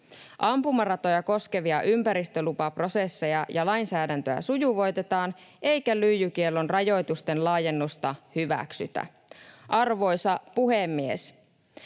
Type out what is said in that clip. Ampumaratoja koskevia ympäristölupaprosesseja ja lainsäädäntöä sujuvoitetaan, eikä lyijykiellon rajoitusten laajennusta hyväksytä. Arvoisa puhemies!